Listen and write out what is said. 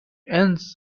ends